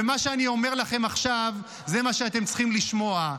ומה שאני אומר לכם עכשיו זה מה שאתם צריכים לשמוע.